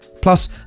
Plus